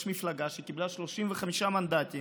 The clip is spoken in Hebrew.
יש מפלגה שקיבלה 35 מנדטים,